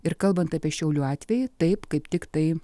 ir kalbant apie šiaulių atvejį taip kaip tiktai